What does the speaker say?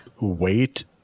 Wait